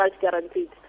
guaranteed